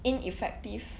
ineffective